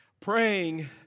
praying